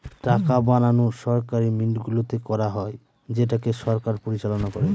টাকা বানানো সরকারি মিন্টগুলোতে করা হয় যেটাকে সরকার পরিচালনা করে